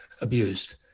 abused